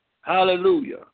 Hallelujah